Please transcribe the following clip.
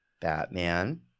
Batman